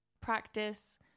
practice